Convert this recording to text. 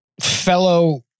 fellow